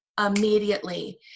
immediately